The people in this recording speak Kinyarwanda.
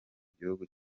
gihugu